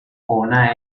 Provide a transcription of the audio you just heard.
hona